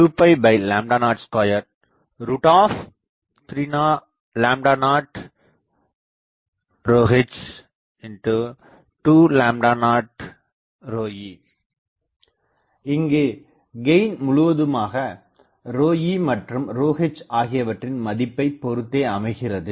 G 20230h 20e இங்குக்கெயின் முழுவதுமாக ρe மற்றும் ρh ஆகியவற்றின் மதிப்பை பொறுத்தே அமைகிறது